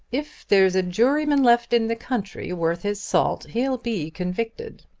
if there's a juryman left in the country worth his salt, he'll be convicted,